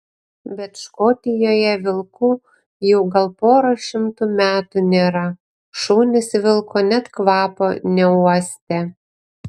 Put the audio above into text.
bet škotijoje vilkų jau gal pora šimtų metų nėra šunys vilko net kvapo neuostę